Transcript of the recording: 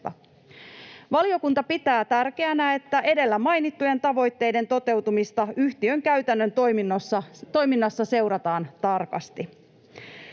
Valiokunta pitää tärkeänä, että edellä mainittujen tavoitteiden toteutumista yhtiön käytännön toiminnassa seurataan tarkasti.